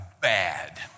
bad